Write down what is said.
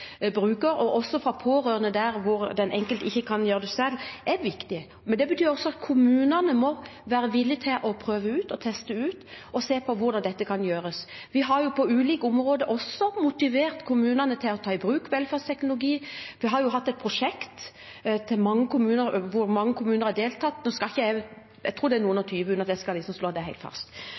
bruker, og fra pårørende der den enkelte ikke kan gi det selv, er viktig, men det betyr også at kommunene må være villige til å prøve ut, teste ut og se på hvordan dette kan gjøres. Vi har på ulike områder også motivert kommunene til å ta i bruk velferdsteknologi. Vi har hatt et prosjekt der mange kommuner har deltatt – jeg tror det er noen og tjue, uten at jeg skal slå det helt fast.